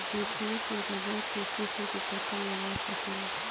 देखिए के रबड़ के किस्म के पता लगा सकेला